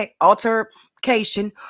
altercation